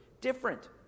different